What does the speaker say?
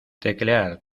teclear